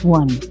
one